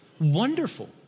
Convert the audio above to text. Wonderful